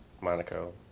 Monaco